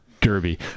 derby